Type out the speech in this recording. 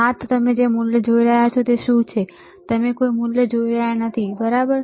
હા તો તમે જે મૂલ્ય જોઈ રહ્યા છો તે શું છે તમે કોઈ મૂલ્ય જોઈ રહ્યા નથી બરાબર